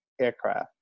aircraft